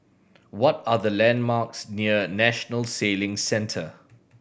what are the landmarks near National Sailing Centre